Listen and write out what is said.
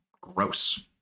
gross